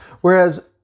whereas